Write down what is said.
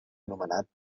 nomenat